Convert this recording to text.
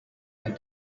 had